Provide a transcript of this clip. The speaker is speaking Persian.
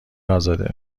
ازاده